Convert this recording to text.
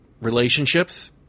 relationships